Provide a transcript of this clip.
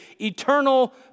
eternal